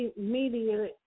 media